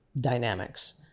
dynamics